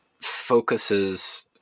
focuses